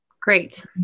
Great